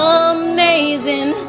amazing